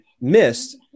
missed